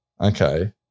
Okay